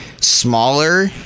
smaller